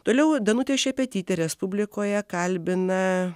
toliau danutė šepetytė respublikoje kalbina